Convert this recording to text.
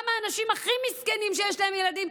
גם לאנשים הכי מסכנים, אם יש להם ילדים,